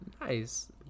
Nice